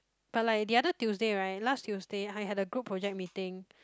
but like the other Tuesday right last Tuesday I had the group project meeting